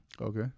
Okay